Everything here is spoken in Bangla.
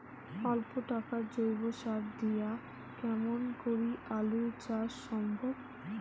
অল্প টাকার জৈব সার দিয়া কেমন করি আলু চাষ সম্ভব?